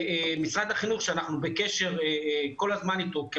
אנחנו בקשר כל הזמן עם משרד החינוך,